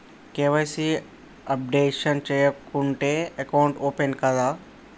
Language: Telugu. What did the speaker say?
కే.వై.సీ అప్డేషన్ చేయకుంటే అకౌంట్ ఓపెన్ కాదా?